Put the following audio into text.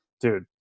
dude